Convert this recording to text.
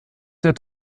der